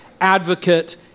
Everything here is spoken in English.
advocate